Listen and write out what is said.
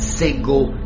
single